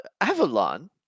Avalon